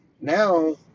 Now